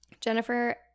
Jennifer